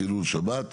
חילול שבת,